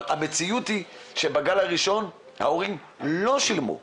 המציאות היא שבגל הראשון, ההורים לא שילמו,